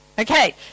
Okay